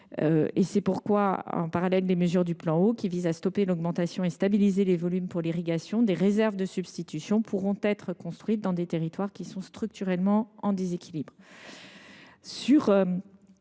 C’est pourquoi, en parallèle des mesures du plan Eau visant à stabiliser les volumes consacrés à l’irrigation, des réserves de substitution pourront être construites dans les territoires qui sont structurellement en déséquilibre.